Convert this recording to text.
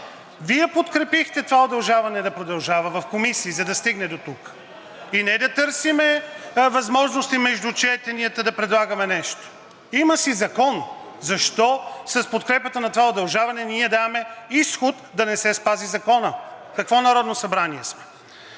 Вие подкрепихте това удължаване да продължава в комисия, за да стигне дотук. И не да търсим възможности между четенията да предлагаме нещо. Има си закон. Защо с подкрепата на това удължаване ние даваме изход да не се спази законът? Какво Народно събрание сме?